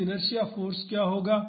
तो inertia force क्या होगा